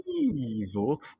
evil